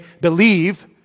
believe